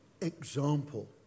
example